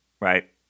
right